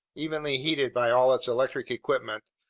evenly heated by all its electric equipment,